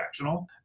transactional